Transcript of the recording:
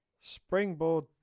Springboard